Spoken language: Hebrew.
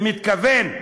במתכוון.